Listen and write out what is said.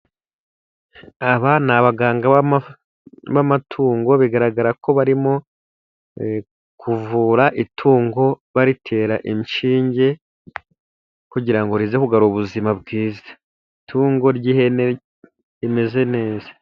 Aba ni abaganga b'amatungo bigaragara ko barimo kuvura itungo baritera inshinge, kugira ngo rize kugarura ubuzima bwiza. Itungo ry'ihene rimeze neza.